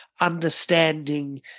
understanding